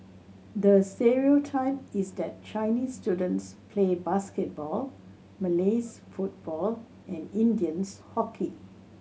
the stereotype is that Chinese students play basketball Malays football and Indians hockey